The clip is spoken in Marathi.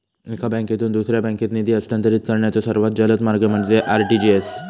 एका बँकेतून दुसऱ्या बँकेत निधी हस्तांतरित करण्याचो सर्वात जलद मार्ग म्हणजे आर.टी.जी.एस